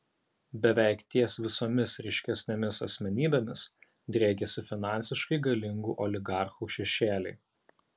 beveik ties visomis ryškesnėmis asmenybėmis driekiasi finansiškai galingų oligarchų šešėliai